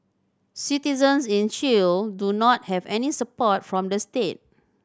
citizens in Chile do not have any support from the state